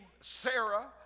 Sarah